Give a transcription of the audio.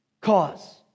cause